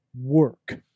work